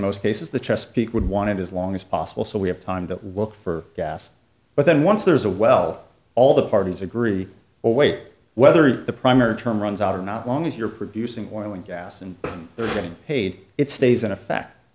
most cases the chesapeake would want it as long as possible so we have time to look for gas but then once there's a well all the parties agree or wait whether the primary term runs out or not long as you're producing oil and gas and they're getting paid it stays in